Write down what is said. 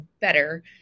better